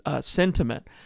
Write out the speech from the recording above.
sentiment